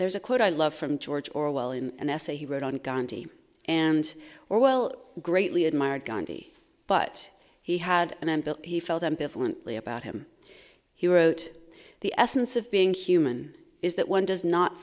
there's a quote i love from george orwell in an essay he wrote on gandhi and orwell greatly admired gandhi but he had an ample he felt ambivalently about him he wrote the essence of being human is that one does not